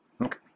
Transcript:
Okay